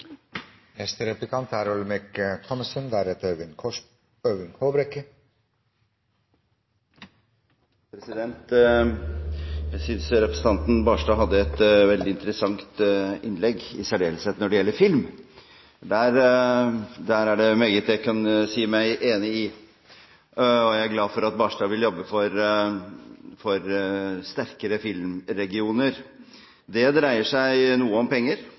Jeg synes representanten Knutson Barstad hadde et veldig interessant innlegg, i særdeleshet når det gjelder film. Der er det meget jeg kan si meg enig i. Jeg er glad for at Knutson Barstad vil jobbe for sterkere filmregioner. Det dreier seg noe om penger,